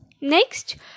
Next